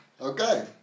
Okay